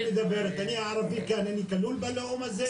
על מה את מדברת, אני ערבי, אני כלול בלאום הזה?